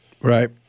Right